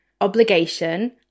obligation